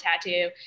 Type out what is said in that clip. tattoo